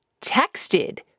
texted